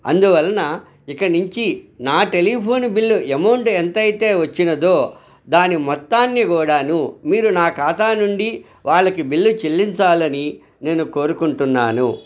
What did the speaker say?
అందువలన ఇక నించి నా టెలిఫోను బిల్లు ఎమౌంట్ ఎంతైతే వచ్చినదో దాని మొత్తాన్ని కూడాను మీరు నా ఖతా నుండి వాళ్ళకి బిల్లు చెల్లించాలని నేను కోరుకుంటున్నాను